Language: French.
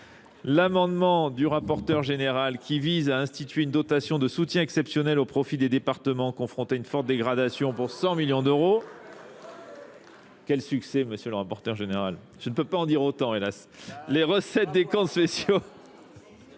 L'amendement du rapporteur général qui vise à instituer une dotation de soutien exceptionnel au profit des départements confronté à une forte dégradation pour 100 millions d'euros. Quel succès monsieur le rapporteur général. Je ne peux pas en dire autant hélas. Les recettes des camps spéciaux.